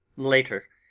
later.